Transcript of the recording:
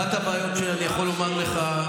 אחת הבעיות שאני יכול לומר לך,